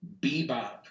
Bebop